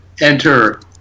Enter